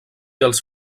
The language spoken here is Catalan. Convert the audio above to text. els